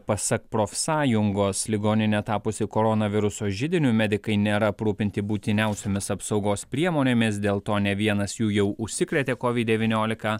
pasak profsąjungos ligoninė tapusi koronaviruso židiniu medikai nėra aprūpinti būtiniausiomis apsaugos priemonėmis dėl to ne vienas jų jau užsikrėtė covid devyniolika